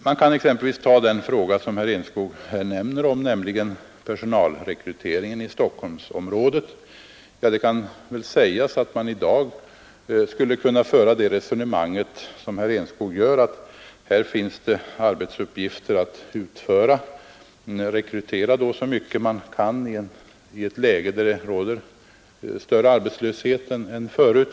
Man kan exempelvis ta den fråga som herr Enskog här tar upp nämligen personalrekryteringen i Stockholmsområdet. Det kan väl sägas att man i dag skulle kunna föra det resonemang som herr Enskog för — att det här finns arbetsuppgifter att utföra och att man då bör rekrytera så mycket man kan i ett läge där det råder större arbetslöshet än förut.